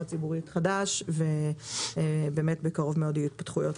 ציבורית חדש ובאמת בקרוב מאוד יהיו התפתחויות